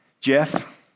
Jeff